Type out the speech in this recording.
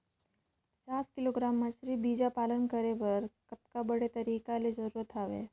पचास किलोग्राम मछरी बीजा पालन करे बर कतका बड़े तरिया के जरूरत हवय?